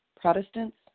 Protestants